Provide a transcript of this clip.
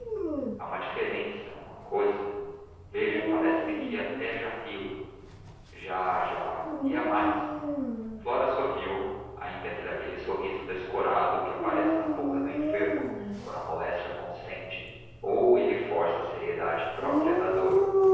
há uma diferença uma cousa veja parece-me que até já rio já já ria mais flora sorriu ainda que daquele sorriso descorado que aparece na boca do enfermo quando a moléstia consente ou ele força a seriedade própria da dor